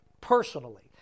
personally